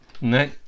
No